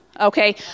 Okay